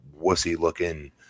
wussy-looking –